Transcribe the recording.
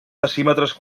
decímetres